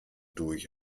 durch